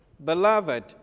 Beloved